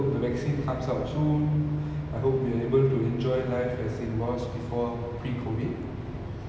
I think like co~ like COVID nineteen right like நெரயபேர் வந்து:nerayaper vanthu like ரொம்ப பேர பாதிச்சிருக்கு:romba pera paathichu iruku